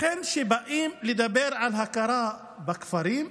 לכן, כשבאים לדבר על הכרה בכפרים,